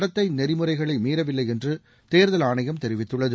நடத்தை நெறிமுறைகளை மீறவில்லை என்று தேர்தல் ஆணையம் தெரிவித்துள்ளது